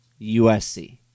USC